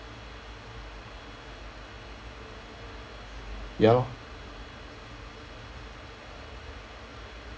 ya lor